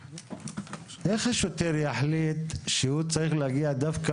איך השוטר יחליט שהוא צריך להגיע דווקא